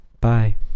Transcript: Bye